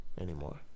anymore